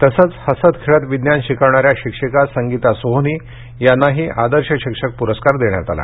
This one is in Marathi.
तसंच हसत खेळत विज्ञान शिकवणाऱ्या शिक्षिका संगीता सोहोनी यांनाही आदर्श शिक्षक पुरस्कारान गौरवण्यात आलं